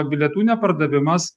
bilietų nepardavimas